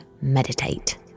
meditate